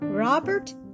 Robert